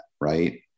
Right